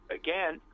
again